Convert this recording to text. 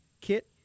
Kit